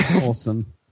awesome